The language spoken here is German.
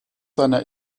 seiner